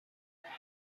ارائه